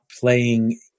playing